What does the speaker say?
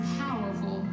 powerful